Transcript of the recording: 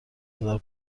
هزار